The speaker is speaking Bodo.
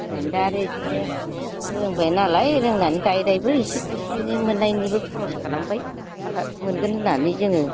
रोंनानै दा आरो बिदिनो रोंबाय नालाय रोंनानै दायै दायैबो थाइसे थाइनै मोन्नायनिबो खरस खालामबाय मोनगोन होन्नानै जोङो